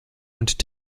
und